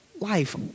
life